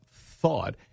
thought